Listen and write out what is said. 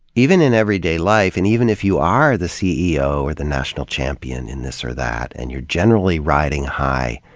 even in everyday life, and even if you are the ceo or the national champion in this or that, and you're generally riding high,